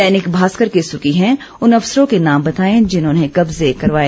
दैनिक भास्कर की सुर्खी है उन अफसरों के नाम बताएं जिन्होंने कब्जे कराए